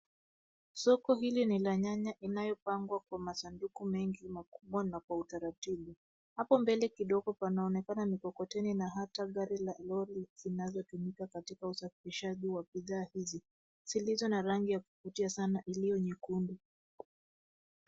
Soko hili ni la nyanya inayopangwa kwa masanduku mengi makubwa na kwa utaratibu. Hapo mbele kidogo panaonekana mikokoteni na hata gari la lori linalotumika katika usafirisaji wa bidhaa hizi zilizo na rangi ya kuvutia sana iliyo nyekundu.